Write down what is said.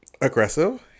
aggressive